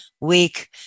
week